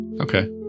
Okay